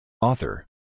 Author